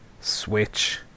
Switch